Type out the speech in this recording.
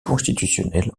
constitutionnelle